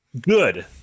Good